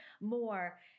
more